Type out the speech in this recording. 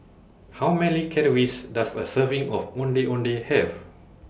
How Many Calories Does A Serving of Ondeh Ondeh Have